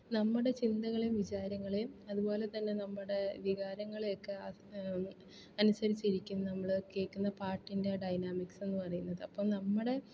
നമ്മുടെ ചിന്തകളെയും വിചാരങ്ങളെയും അതുപോലെ തന്നെ നമ്മുടെ വികാരങ്ങളെയൊക്കെ അനുസരിച്ചിരിക്കുന്നു നമ്മൾ കേൾക്കുന്ന പാട്ടിൻ്റെ ഡയനാമിക്സ് എന്ന് പറയുന്നത് അപ്പം നമ്മുടെ